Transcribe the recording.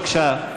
בבקשה,